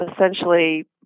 essentially